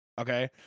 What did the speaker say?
Okay